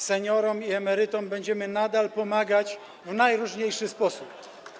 Seniorom i emerytom będziemy nadal pomagać w najróżniejszy sposób.